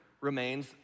remains